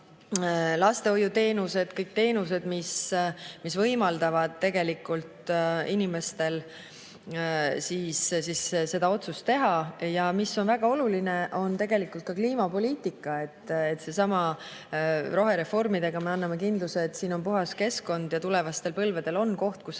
lastehoiuteenused, kõik teenused, mis võimaldavad tegelikult inimestel seda otsust teha. Ja mis on ka väga oluline, on kliimapoliitika. Sellesama rohereformiga me anname kindluse, et siin on puhas keskkond ja tulevastel põlvedel koht, kus